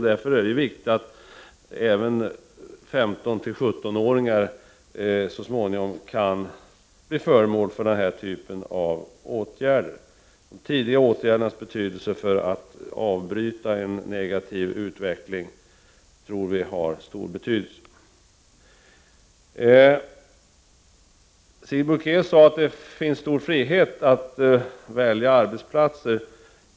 Därför är det viktigt att även 15-17-åringar så småningom kan bli föremål för denna typ av åtgärder. Betydelsen av tidiga åtgärder för att avbryta en negativ utveckling tror vi är stor. Sigrid Bolkéus sade att det finns stor frihet att välja arbetsplatser.